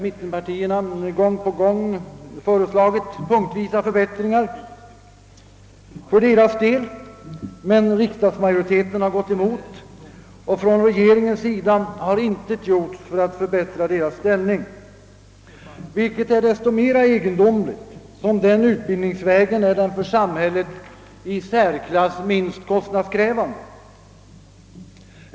Mittenpartierna har gång på gång föreslagit punktvisa förbättringar för deras del, men riksdagsmajoriteten har gått emot, och från regeringens sida har intet gjorts för att förbättra deras ställning, vilket är så mycket mera egendomligt som denna utbildningsväg är den för samhället i särklass minst kostnadskrävande.